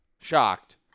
shocked